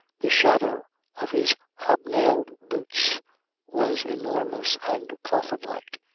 the shadow of his hobnailed boots was enormous and coffinlike.